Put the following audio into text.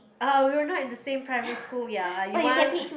ah we were not in the same primary school ya you want